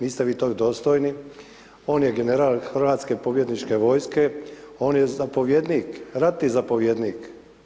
Niste vi tog dostojni, on je general hrvatske pobjedničke vojske, on je zapovjednik, ratni zapovjednik.